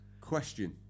Question